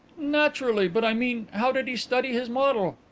naturally. but, i mean, how did he study his model?